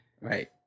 Right